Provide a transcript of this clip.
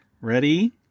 Ready